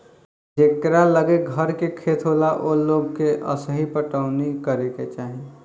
जेकरा लगे घर के खेत होला ओ लोग के असही पटवनी करे के चाही